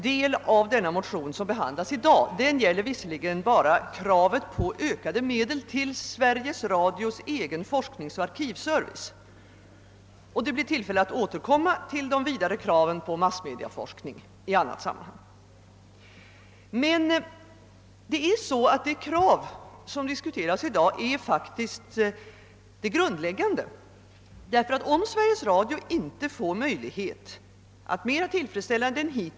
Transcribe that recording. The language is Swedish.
Den del av motionen, som i dag behandlas, gäller visserligen bara kravet på ökade medel till Sveriges Radios egen forskningsoch arkivservice — det blir tillfälle att återkomma till de vidare kraven på massmediaforskning i ett annat sammanhang — men det krav som diskuteras i dag är faktiskt det grundläggande. Om inte Sveriges Radio får möj lighet att mera tillfredsställande än hit.